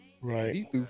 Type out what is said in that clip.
right